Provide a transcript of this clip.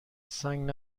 سنگ